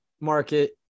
market